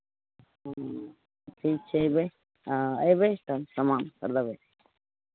ह्म्म ठीक छै अयबै हँ अयबै तब सामान सभ लेबै